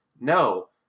no